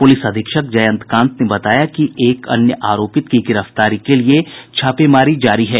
police अधीक्षक जयंतकांत ने बताया कि एक अन्य आरोपित की गिरफ्तारी के लिए छापेमारी जारी है